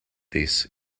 this